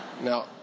Now